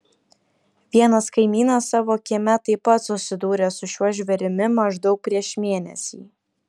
vienas kaimynas savo kieme taip pat susidūrė su šiuo žvėrimi maždaug prieš mėnesį